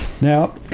Now